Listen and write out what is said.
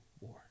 war